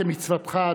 כמצוותך,